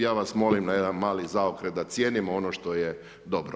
Ja vas molim na jedan mali zaokret da cijenimo ono što je dobro.